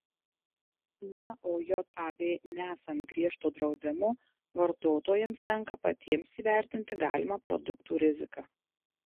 na o jav nesant griežto draudimo vartotojams tenka patiems įvertinti galimą produktų riziką